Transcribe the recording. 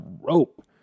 rope